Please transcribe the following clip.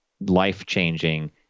life-changing